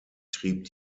trieb